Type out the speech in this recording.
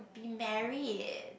married